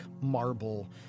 marble